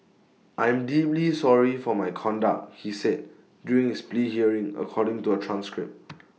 I am deeply sorry for my conduct he said during his plea hearing according to A transcript